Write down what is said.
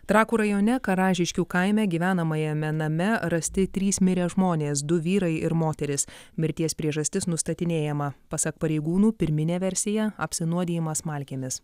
trakų rajone karažiškių kaime gyvenamajame name rasti trys mirę žmonės du vyrai ir moteris mirties priežastis nustatinėjama pasak pareigūnų pirminė versija apsinuodijimas smalkėmis